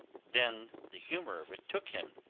then the humour of it took him,